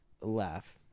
laugh